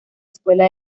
escuela